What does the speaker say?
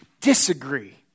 disagree